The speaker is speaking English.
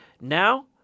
Now